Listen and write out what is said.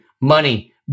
money